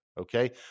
Okay